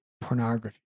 pornography